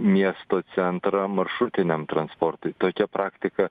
miesto centrą maršrutiniam transportui tokia praktika